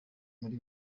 muri